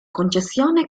concessione